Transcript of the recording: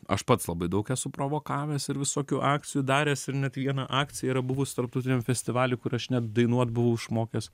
aš pats labai daug esu provokavęs ir visokių akcijų daręs ir net vieną akciją yra buvus tarptautiniam festivaly kur aš net dainuot buvau išmokęs